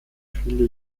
viele